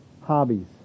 hobbies